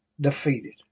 defeated